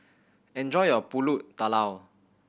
enjoy your Pulut Tatal